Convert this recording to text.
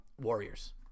Warriors